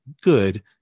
good